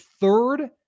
third